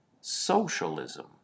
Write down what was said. socialism